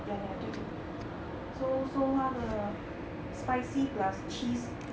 ya ya 对对 so so 它的 spicy plus cheese